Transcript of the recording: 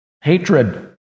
Hatred